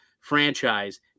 franchise